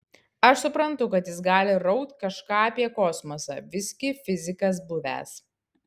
aš suprantu kad jis gali raukt kažką apie kosmosą visgi fizikas buvęs